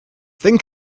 think